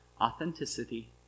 authenticity